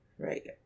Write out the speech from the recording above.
Right